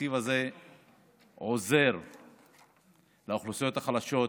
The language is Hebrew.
התקציב הזה עוזר לאוכלוסיות החלשות,